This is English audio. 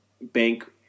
bank